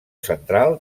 central